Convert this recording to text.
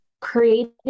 creating